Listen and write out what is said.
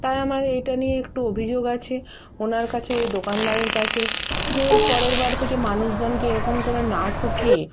তাই আমার এটা নিয়ে একটু অভিযোগ আছে ওনার কাছে ওই দোকানদারের কাছে যে এর পরের বার থেকে মানুষজনকে এরকম করে না ঠকিয়ে